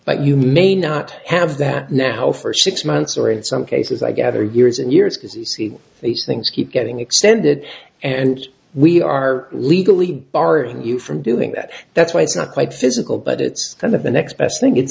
but you may not have that now for six months or in some cases i gather years and years because you see these things keep getting extended and we are legally barring you from doing that that's why it's not quite physical but it's kind of the next best thing it's